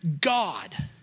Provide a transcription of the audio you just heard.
God